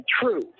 true